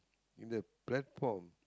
in the platform